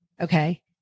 okay